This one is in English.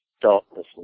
darkness